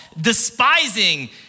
despising